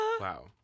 Wow